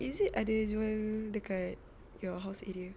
is it ada jual dekat your house area